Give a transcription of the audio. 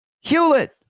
Hewlett